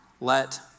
Let